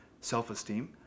self-esteem